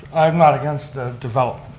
i'm not against the development.